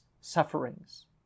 sufferings